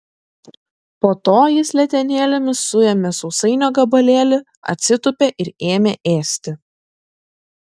po to jis letenėlėmis suėmė sausainio gabalėlį atsitūpė ir ėmė ėsti